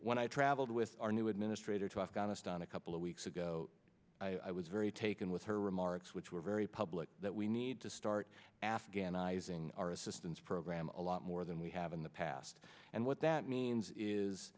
when i traveled with our new administrator to afghanistan a couple of weeks ago i was very taken with her remarks which were very public that we need to start afghan izing our assistance program a lot more than we have in the past and what that means is